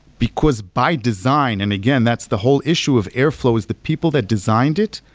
because by design and again, that's the whole issue of airflow is the people that designed it,